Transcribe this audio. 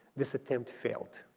this attempt failed,